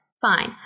fine